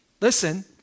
listen